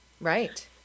Right